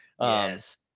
Yes